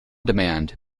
demand